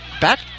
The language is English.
back